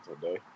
today